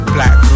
Black